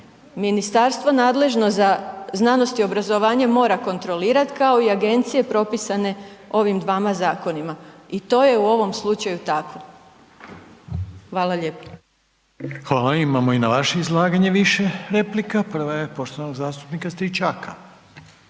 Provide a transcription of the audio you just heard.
Ministarstvo nadležno za znanost i obrazovanje mora kontrolirati kao i agencije propisane ovim dvama zakonima. I to je u ovom slučaju tako. Hvala lijepo. **Reiner, Željko (HDZ)** Hvala. Imamo i na vaše izlaganje više replika. Prva je poštovanog zastupnika Stričaka.